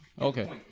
Okay